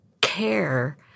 care